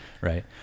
Right